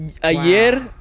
ayer